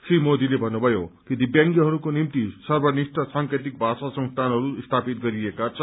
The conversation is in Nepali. श्री मोदीले भन्नुभयो कि दिव्यांगहरूको निम्ति सर्वनिष्ठ सांकेतिक भाषा संस्थानहरू स्थापित गरिएका छन्